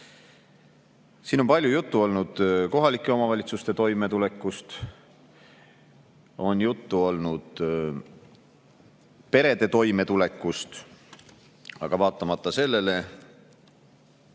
Siin on palju juttu olnud kohalike omavalitsuste toimetulekust, on juttu olnud perede toimetulekust, aga vaatamata sellele